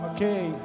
Okay